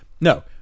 No